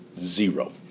Zero